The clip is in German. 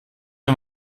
mir